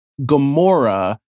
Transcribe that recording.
Gamora